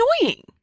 annoying